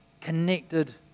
Connected